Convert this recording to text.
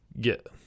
get